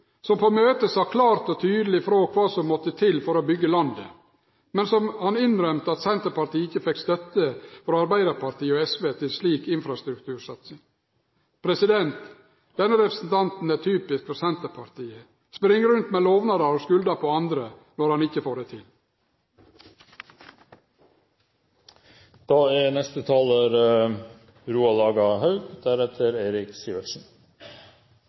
som på møtet sa klart og tydeleg frå kva som måtte til for å byggje landet, men som innrømde at Senterpartiet ikkje fekk støtte frå Arbeidarpartiet og SV til slik infrastruktursatsing. Denne representanten er typisk for Senterpartiet – spring rundt med lovnader og skuldar på andre når han ikkje får det